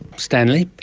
stanley,